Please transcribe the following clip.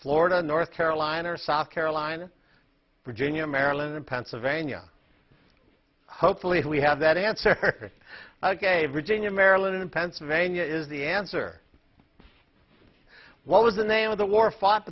florida north carolina or south carolina virginia maryland and pennsylvania hopefully we have that answer ok virginia maryland and pennsylvania is the answer what was the name of the war fought